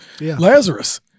Lazarus